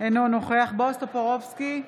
אינו נוכח בועז טופורובסקי,